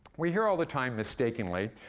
we hear all the time, mistakenly,